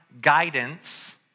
guidance